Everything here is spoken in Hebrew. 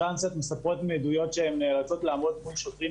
טרנסיות מספרות מעדויות שהן נאלצות לעמוד מול שוטרים